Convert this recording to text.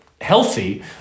healthy